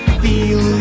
feel